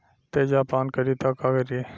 तेजाब पान करी त का करी?